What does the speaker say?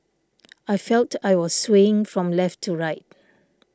I felt I was swaying from left to right